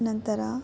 ನಂತರ